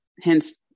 hence